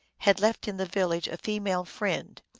had left in the village a female friend,